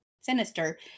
sinister